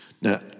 Now